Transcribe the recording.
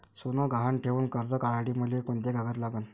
सोनं गहान ठेऊन कर्ज काढासाठी मले कोंते कागद लागन?